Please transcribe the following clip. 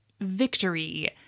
victory